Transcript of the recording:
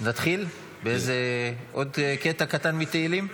-- נתחיל באיזה עוד קטע קטן מתהלים?